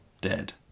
dead